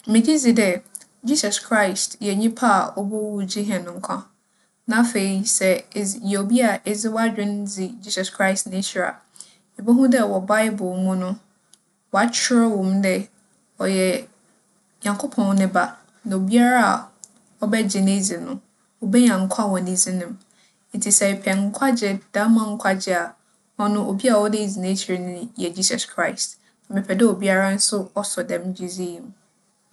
Megye dzi dɛ ɛesus Kraest yɛ nyimpa a obowui gyee hɛn nkwa. Na afei sɛ edze - yɛ obi a edze w'adwen dzi ɛesus Kraest n'ekyir a, ibohu dɛ wͻ baebor mu no, wͻakyerɛw wͻ mu dɛ ͻyɛ Nyankopͻn ne ba, na obiara a ͻbɛgye no edzi no, obenya nkwa wͻ ne dzin mu. Ntsi sɛ epɛ nkwagye, ndaamba nkwagye a, ͻno obi a ͻwͻ dɛ idzi n'ekyir no nye ɛesus Kraest. Ntsi mepɛ dɛ obiara so ͻsͻ dɛm gyedzi yi mu.